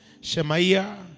Shemaiah